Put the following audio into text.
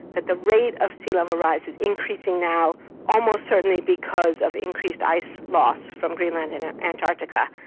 that the rate of sea level rise is increasing now almost certainly because of increased ice loss from greenland and antarctica,